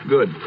Good